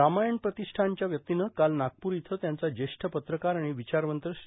ग्रामायण प्रतिष्ठानच्या वतीनं काल नागपूर इथं त्यांचा ज्येष्ठ पत्रकार आणि विचारवंत श्री